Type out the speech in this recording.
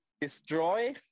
destroy